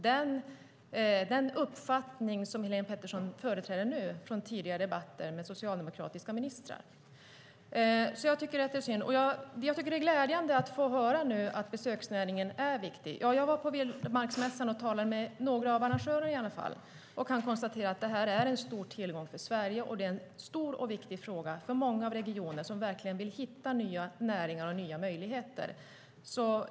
Den uppfattning som Helén Pettersson företräder nu går inte att utläsa från tidigare debatter med socialdemokratiska ministrar. Jag tycker att det är synd. Men jag tycker det är glädjande att nu få höra att besöksnäringen är viktig. Jag var på Vildmarksmässan och talade i alla fall med några av arrangörerna. En av dem konstaterade att det är en stor tillgång för Sverige och en stor och viktig fråga för många regioner som verkligen vill hitta nya näringar och nya möjligheter.